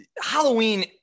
Halloween